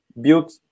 built